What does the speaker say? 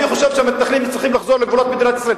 אני חושב שהמתנחלים צריכים לחזור לגבולות מדינת ישראל.